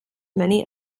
many